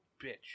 bitch